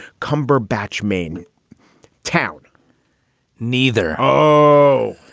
cumberbatch. main town neither. oh,